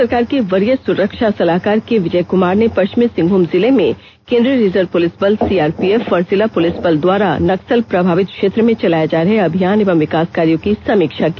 भारत सरकार के वरीय सुरक्षा सलाहकार के विजय कुमार ने पष्चिमी सिंहभूम जिले में केन्द्रिय रिजर्व पुलिस बल सीआरपीएफ और जिला पुलिस बल द्वारा नक्सल प्रभावित क्षेत्र में चलाए जा रहे अभियान एवं विकास कार्यों की समीक्षा की